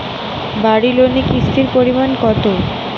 বাড়ি লোনে কিস্তির পরিমাণ কত?